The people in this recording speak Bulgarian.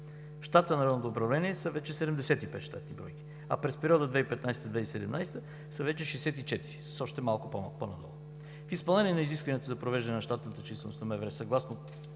в щата му вече са 75 щатни бройки. През периода 2015 г. – 2017 г. вече са 64, с още малко по-надолу. В изпълнение на изискванията за провеждане на щатната численост на МВР, съгласно